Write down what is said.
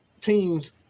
teams